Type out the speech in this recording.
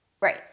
right